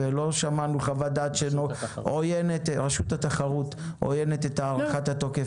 ולא שמענו שעוינת את הארכת התוקף.